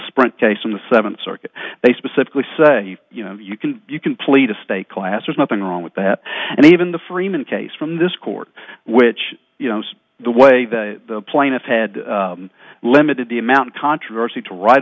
sprint case on the seventh circuit they specifically say you know you can you can plead to stay class there's nothing wrong with that and even the freeman case from this court which you know the way the plaintiff had limited the amount of controversy